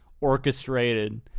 orchestrated